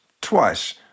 twice